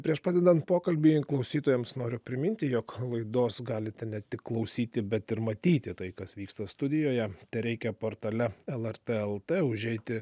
prieš pradedant pokalbį klausytojams noriu priminti jog laidos galite ne tik klausyti bet ir matyti tai kas vyksta studijoje tereikia portale lrt el t užeiti